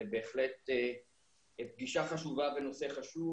זו בהחלט פגישה חשובה בנושא חשוב.